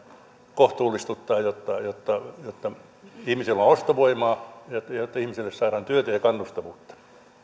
kohtuullistuttaa jotta jotta ihmisillä on ostovoimaa ja jotta ihmisille saadaan työtä ja kannustavuutta